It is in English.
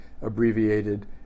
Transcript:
abbreviated